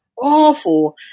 awful